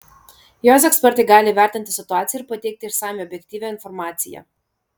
jos ekspertai gali įvertinti situaciją ir pateikti išsamią objektyvią informaciją